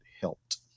helped